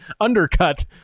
undercut